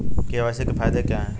KYC के फायदे क्या है?